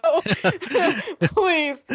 Please